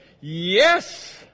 yes